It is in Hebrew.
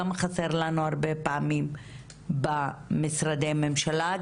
גם חסר לנו הרבה פעמים במשרדי הממשלה,